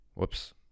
Whoops